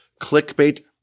clickbait